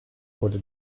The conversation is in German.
wurde